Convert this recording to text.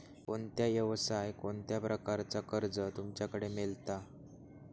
कोणत्या यवसाय कोणत्या प्रकारचा कर्ज तुमच्याकडे मेलता?